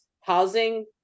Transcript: housing